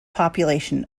population